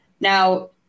Now